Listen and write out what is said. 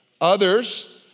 Others